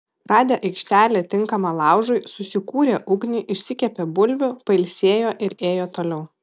radę aikštelę tinkamą laužui susikūrė ugnį išsikepė bulvių pailsėjo ir ėjo toliau